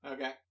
Okay